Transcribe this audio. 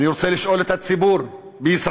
אני רוצה לשאול את הציבור בישראל: